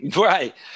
Right